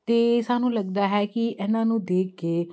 ਅਤੇ ਸਾਨੂੰ ਲੱਗਦਾ ਹੈ ਕਿ ਇਹਨਾਂ ਨੂੰ ਦੇਖ ਕੇ